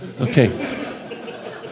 Okay